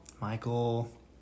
Michael